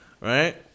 Right